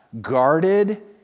guarded